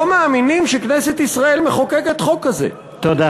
לא מאמינים שכנסת ישראל מחוקקת חוק כזה, תודה.